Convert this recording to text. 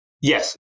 yes